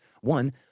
One